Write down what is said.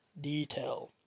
detail